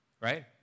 right